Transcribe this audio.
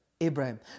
Abraham